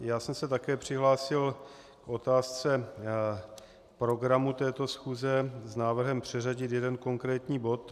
Já jsem se také přihlásil k otázce programu této schůze s návrhem přeřadit jeden konkrétní bod.